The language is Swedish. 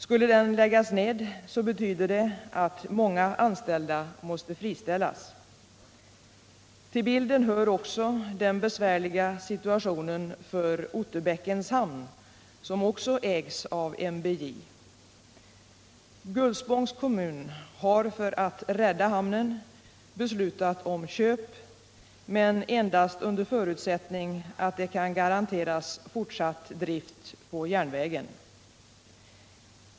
Skulle den läggas ned, betyder det att många anställda måste friställas. Till bilden hör även den besvärliga situationen för Otterbäckens hamn, som också ägs av NBJ. Gullspångs kommun har för att rädda hamnen beslutat om köp, men endast under förutsättning att det kan garanteras fortsatt drift på järnvägen.